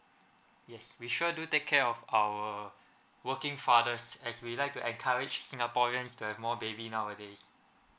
yes we sure do take care of our working fathers as we like to encourage singaporeans to have more baby nowadays